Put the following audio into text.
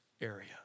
area